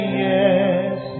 yes